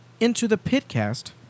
IntoThePitCast